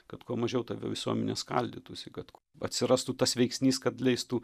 kad kuo mažiau ta visuomenė skaldytųsi kad atsirastų tas veiksnys kad leistų